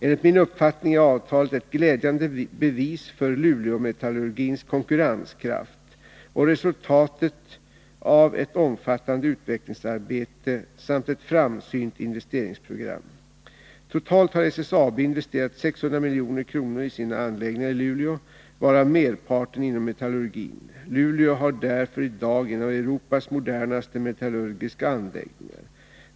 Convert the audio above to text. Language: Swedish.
Enligt min uppfattning är avtalet ett glädjande bevis för Luleåmetallurgins konkurrenskraft och resultatet av ett omfattande utvecklingsarbete samt ett framsynt investeringsprogram. Totalt har SSAB investerat 600 milj.kr. i sina anläggningar i Luleå, varav merparten inom metallurgin. Luleå har därför i dag en av Europas modernaste metallurgiska anläggningar.